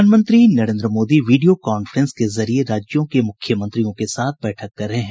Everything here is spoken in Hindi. प्रधानमंत्री नरेन्द्र मोदी वीडियो कॉन्फेंस के जरिए राज्यों के मुख्यमंत्रियों के साथ बैठक कर रहे हैं